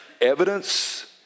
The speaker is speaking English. Evidence